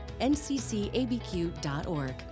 nccabq.org